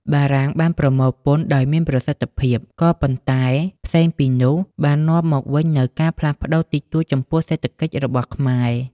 បារាំងបាន ប្រមូលពន្ធដោយមានប្រសិទ្ធិភាព ក៏ប៉ុន្តែផ្សេងពីនោះ បាននាំមកវិញនូវការផ្លាស់ ប្តូរតិចតួចចំពោះសេដ្ឋកិច្ចរបស់ខ្មែរ។